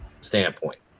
standpoint